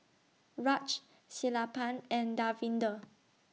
Raj Sellapan and Davinder